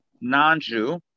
non-Jew